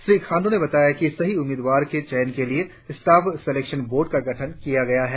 श्री खाण्डू ने बताया कि सही उम्मीदवार के चयन के लिए स्टाफ सेलेक्शन बोर्ड का गठन किया गया है